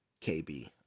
KB